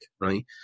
right